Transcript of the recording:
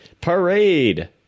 Parade